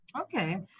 Okay